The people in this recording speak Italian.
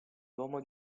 l’uomo